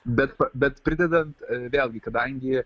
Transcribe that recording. bet bet pridedant vėlgi kadangi